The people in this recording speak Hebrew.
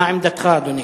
מה עמדתך, אדוני?